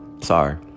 Sorry